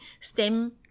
STEM